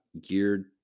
geared